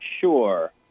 sure